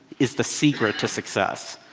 is the secret to success.